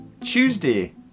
Tuesday